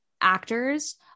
actors